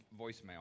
voicemail